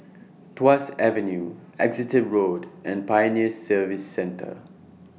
Tuas Avenue Exeter Road and Pioneer Service Centre